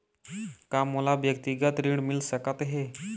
का मोला व्यक्तिगत ऋण मिल सकत हे?